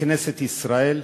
בכנסת ישראל,